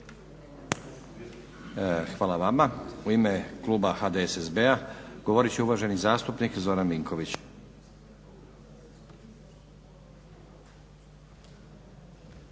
Hvala vama. U ime kluba HDSSB-a govorit će uvaženi zastupnik Zoran Vinković.